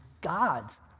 God's